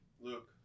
luke